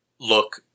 Look